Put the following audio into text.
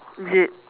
is it